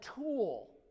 tool